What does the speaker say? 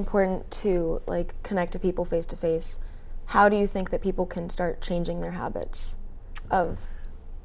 important to connect to people face to face how do you think that people can start changing their habits